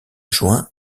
juin